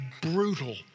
brutal